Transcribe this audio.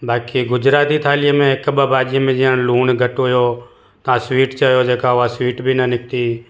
बाक़ी गुजराती थाली में हिकु ॿ भाॼी में जीअं लुणु घटि हुयो तव्हां स्वीट चयो जेका उआ स्वीट बि न निकिती